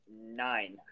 nine